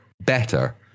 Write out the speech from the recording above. better